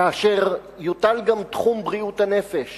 כאשר יוטל גם תחום בריאות הנפש